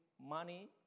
money